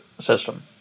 system